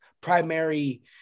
primary